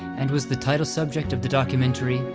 and was the title subject of the documentary,